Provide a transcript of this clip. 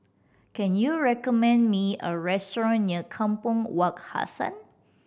can you recommend me a restaurant near Kampong Wak Hassan